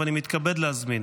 ואני מתכבד להזמין